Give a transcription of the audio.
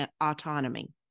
autonomy